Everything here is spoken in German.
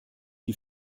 die